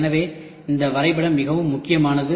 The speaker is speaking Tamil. எனவே இந்த வரைபடம் மிகவும் முக்கியமானது